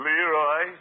Leroy